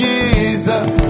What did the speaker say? Jesus